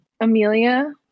Amelia